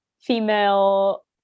female